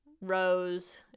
rows